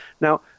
Now